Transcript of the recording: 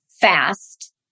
fast